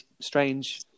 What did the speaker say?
strange